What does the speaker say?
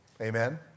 Amen